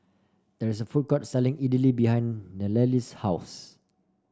there is a food court selling Idili behind the Nallely's house